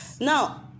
Now